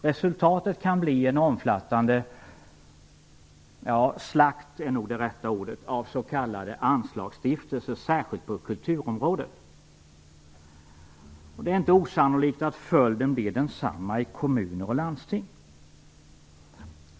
Resultatet kan bli en omfattande "slakt" av s.k. anslagsstiftelser, särskilt på kulturområdet. Det är inte osannolikt att följden blir densamma i kommuner och landsting.